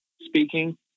speaking